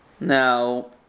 Now